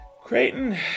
Creighton